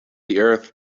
earth